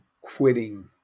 quitting